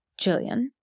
Jillian